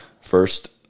first